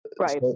Right